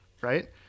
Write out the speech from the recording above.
right